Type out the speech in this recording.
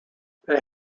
they